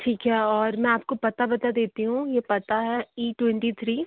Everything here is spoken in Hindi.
ठीक है और मैं आपको पता बता देती हुँ ये पता है इ ट्वेंटी थ्री